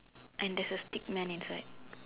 and there's a stick men inside